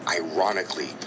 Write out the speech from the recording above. ironically